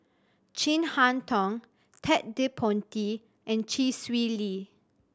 Chin Harn Tong Ted De Ponti and Chee Swee Lee